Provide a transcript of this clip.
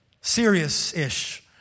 serious-ish